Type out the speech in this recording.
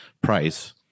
price